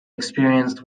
experienced